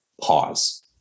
pause